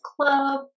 club